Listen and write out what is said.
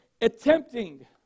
attempting